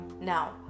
Now